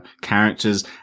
characters